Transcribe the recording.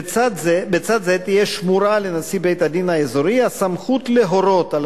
בצד זו תהא שמורה לנשיא בית-הדין האזורי הסמכות להורות על